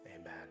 Amen